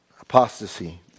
Apostasy